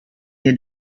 your